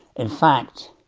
in fact,